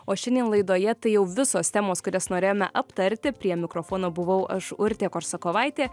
o šiandien laidoje tai jau visos temos kurias norėjome aptarti prie mikrofono buvau aš urtė korsakovaitė